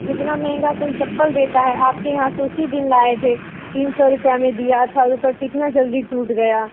इतना महंगा कोई चप्पल देता है आपके यहाँ से उसी दिन लाए थे तीन सौ रुपया में दिया था ऊपर से इतना जल्दी टूट गया